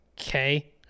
okay